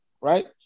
right